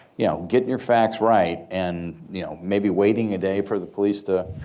yeah get your facts right and you know maybe waiting a day for the police to